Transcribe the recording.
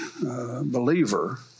believer